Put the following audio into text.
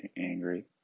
angry